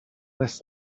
less